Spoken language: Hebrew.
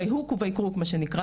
'ביי הוק וביי קוק', מה שנקרא.